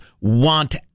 want